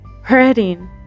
hurting